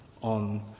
on